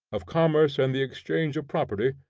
of commerce and the exchange of property,